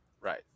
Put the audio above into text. Right